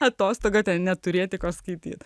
atostogų neturėti ką skaityti